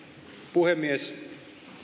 puhemies